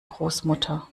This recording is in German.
großmutter